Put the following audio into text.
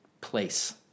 place